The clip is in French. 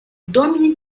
domine